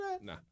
Nah